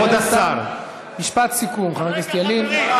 משפט סיכום, חבר הכנסת ילין.